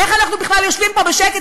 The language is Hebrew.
איך אנחנו בכלל יושבים פה בשקט?